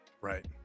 Right